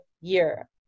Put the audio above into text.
year